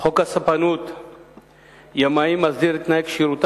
חוק הספנות (ימאים) מסדיר את תנאי כשירותם,